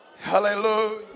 hallelujah